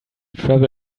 travel